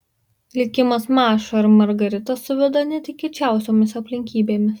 likimas mašą ir margaritą suveda netikėčiausiomis aplinkybėmis